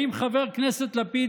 האם חבר הכנסת לפיד,